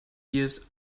years